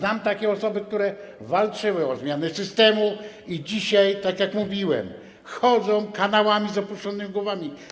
Znam osoby, które walczyły o zmianę systemu i dzisiaj, tak jak mówiłem, chodzą kanałami z opuszczonymi głowami.